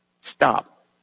stop